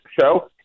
show –